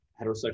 heterosexual